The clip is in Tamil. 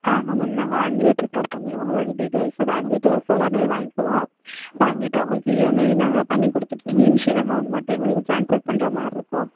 ஆமாம் மேம் நாங்கள் ஆன்லேயே ப்ரிப்பேர் உங்களோட டீட்டெயில்ஸு பேங்க் டீட்டெயில்ஸ் எல்லாமே வாங்கிக்குவோம் வாங்கிட்டு உங்களுக்கு இஎம்ஐ நாங்கள் பண்ணிக் கொடுத்துட்டு நீங்கள் இன்ஷியல் அமௌண்ட் மட்டும் எங்களுக்கு டிரான்ஸ்ஃபர் பண்ணுற மாரிருக்கும்